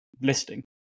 listing